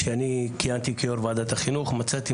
כשאני כיהנתי כיו"ר ועדת החינוך מצאתי